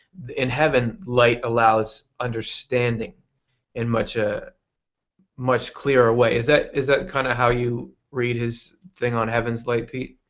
in heaven light allows understanding in a ah much clearer way. is that is that kind of how you read his thing on heaven's light, pete?